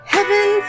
Heaven